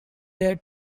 their